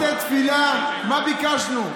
בתי תפילה, מה ביקשנו?